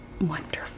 Wonderful